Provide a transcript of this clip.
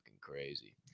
crazy